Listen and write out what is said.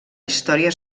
història